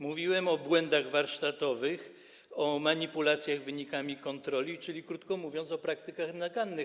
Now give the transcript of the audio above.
Mówiłem o błędach warsztatowych, o manipulacjach wynikami kontroli, czyli krótko mówiąc, o praktykach nagannych.